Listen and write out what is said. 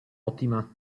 ottima